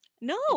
No